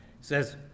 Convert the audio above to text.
says